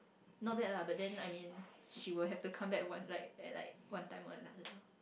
not bad lah but then I mean she will have to come back one like like one time another